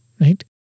right